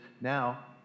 now